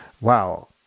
wow